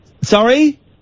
Sorry